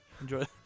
Enjoy